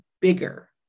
bigger